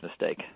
mistake